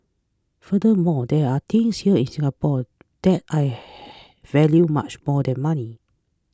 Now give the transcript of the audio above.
furthermore there are things here in Singapore that I ha value much more than money